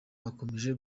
bakomeje